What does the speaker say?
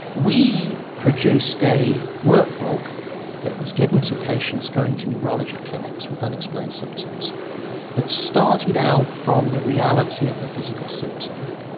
we produced a work book that was given to patients going to neurology clinics with unexplained symptoms that started out from the reality of the physical symptom,